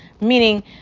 meaning